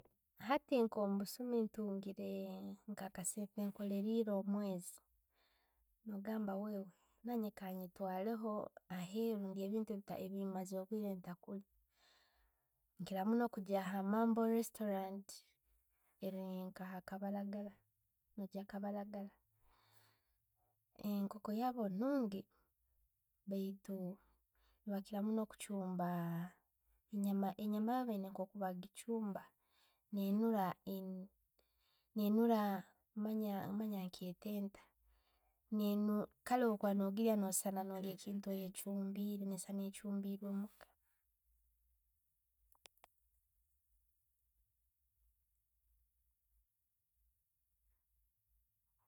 Hati ntugire nka akasente nkoleire omwezi, no gamba wewe, nangye kenatwaleho aheeru ndye ebiintu byemaziire obwirre ntakulya. Nkira munno kugya hamambo restaurant eri nka kabalagala, ya kabalagal. Enkoko yaabu nungi baitu bakiira munno kucumba enyama, enyama baine nkokubagichumba neenura neenura manya manya nkyette nta, kale bwo kuba no giirya noyesaana no lya ekintu kyoyechumbire, noyesaana yechumbire omuuka